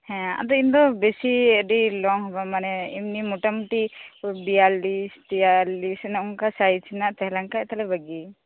ᱦᱮᱸ ᱤᱧ ᱫᱚ ᱵᱮᱥᱤ ᱟᱰᱤ ᱞᱚᱝ ᱦᱚᱸ ᱵᱟᱝ ᱢᱟᱱᱮ ᱮᱢᱱᱤ ᱢᱚᱴᱟ ᱢᱩᱴᱤ ᱵᱤᱭᱟᱞᱞᱤᱥ ᱛᱤᱭᱟᱞᱞᱤᱥ ᱱᱚᱜ ᱚᱝᱠᱟ ᱥᱟᱭᱤᱡᱽ ᱨᱮᱱᱟᱜ ᱛᱟ ᱦᱮᱸᱞᱮᱱ ᱠᱷᱟᱡ ᱵᱷᱟᱜᱤ